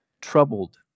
troubled